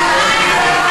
גברתי.